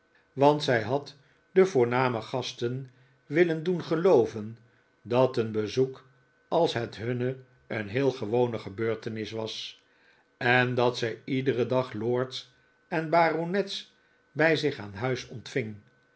want zij had de voorname gasten willen doen gelooven dat een bezoek als het hunne een heel gewone gebeurtenis was en dat zij iederen dag lords en baronets bij zich aan huis ontving